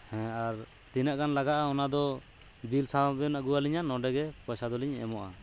ᱦᱮᱸ ᱟᱨ ᱛᱤᱱᱟᱹᱜ ᱜᱟᱱ ᱞᱟᱜᱟᱜᱼᱟ ᱚᱱᱟᱫᱚ ᱵᱤᱞ ᱥᱟᱶ ᱵᱮᱱ ᱟᱹᱜᱩ ᱟᱹᱞᱤᱧᱟ ᱱᱚᱰᱮᱜᱮ ᱯᱚᱭᱥᱟ ᱫᱚᱞᱤᱧ ᱮᱚᱜᱼᱟ